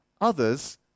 Others